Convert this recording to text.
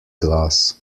glass